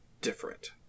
different